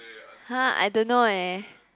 !huh! I don't know eh